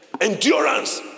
endurance